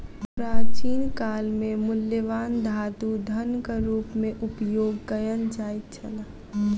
प्राचीन काल में मूल्यवान धातु धनक रूप में उपयोग कयल जाइत छल